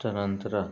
ತದನಂತರ